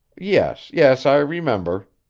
yes, yes. i remember,